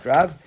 Rav